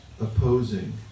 opposing